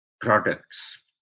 products